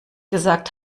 gesagt